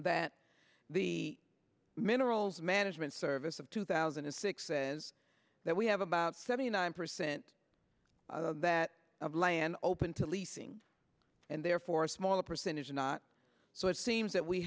that the minerals management service of two thousand and six says that we have about seventy nine percent of that of land open to leasing and therefore a smaller percentage not so it seems that we